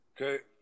Okay